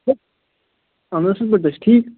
اَہَن حظ اَصٕل پٲٹھۍ تُہۍ چھِو ٹھیٖک